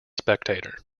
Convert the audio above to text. spectator